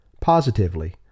positively